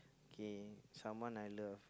okay someone I love